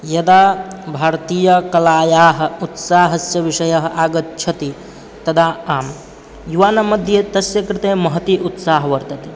यदा भारतीयकलायाः उत्साहस्य विषयः आगच्छति तदा आम् युवानां मध्ये तस्य कृते महती उत्साहः वर्तते